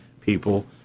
people